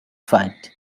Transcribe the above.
fight